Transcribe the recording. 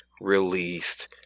released